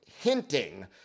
hinting